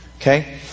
Okay